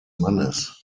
mannes